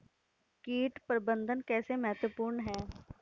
कीट प्रबंधन कैसे महत्वपूर्ण है?